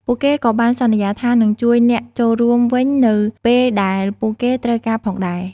ពួកគេក៏បានសន្យាថានឹងជួយអ្នកចូលរួមវិញនៅពេលដែលពួកគេត្រូវការផងដែរ។